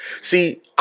See